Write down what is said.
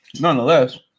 nonetheless